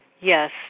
Yes